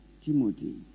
Timothy